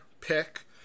pick